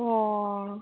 ꯑꯣ